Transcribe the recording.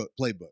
playbook